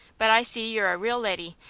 but i see you're a real leddy,